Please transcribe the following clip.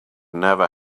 never